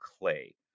clay